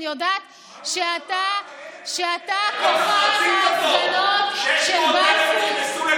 אני יודעת שאתה כוכב ההפגנות של בלפור,